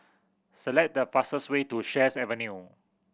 select the fastest way to Sheares Avenue